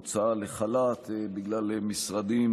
הוצאה לחל"ת בגלל משרדים